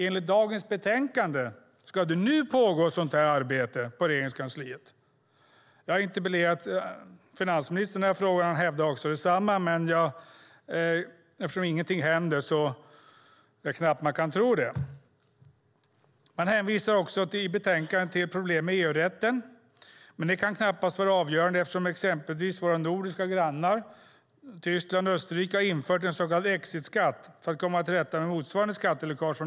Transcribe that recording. Enligt dagens betänkande ska det nu pågå ett sådant arbete på Regeringskansliet. Jag har interpellerat finansministern i frågan och han hävdar detsamma. Eftersom ingenting händer är det knappt att man kan tro på det. I betänkandet hänvisar man till problem med EU-rätten. Det kan knappast vara avgörande eftersom exempelvis våra nordiska grannar och Tyskland och Österrike har infört en så kallad exitskatt för att komma till rätta med motsvarande skatteläckage.